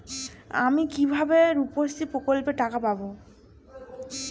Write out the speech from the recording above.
আমি কিভাবে রুপশ্রী প্রকল্পের টাকা পাবো?